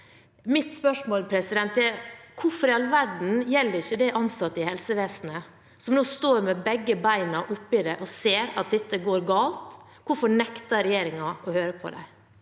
Mitt spørsmål er: Hvorfor i all verden gjelder ikke det ansatte i helsevesenet, som nå står med begge bena oppe i det og ser at dette går galt? Hvorfor nekter regjeringen å høre på dem?